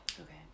Okay